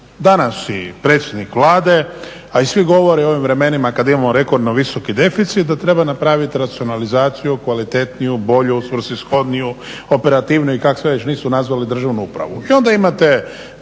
Danas i predsjednik Vlade, a i svi govore o ovim vremenima kad imamo rekordno visoki deficit da treba napravit racionalizaciju kvalitetniju, bolju, svrsishodniju, operativniju i kako sve već nisu nazvali državnu upravu.